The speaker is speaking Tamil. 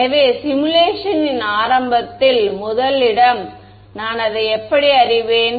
எனவே சிமுலேஷன் னின் ஆரம்பத்தில் முதல் இடம் நான் அதை எப்படி அறிவேன்